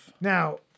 Now